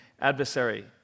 adversary